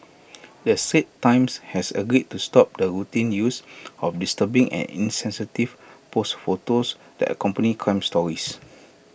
the straits times has agreed to stop the routine use of disturbing and insensitive posed photos that accompany crime stories